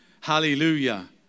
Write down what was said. Hallelujah